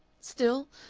still,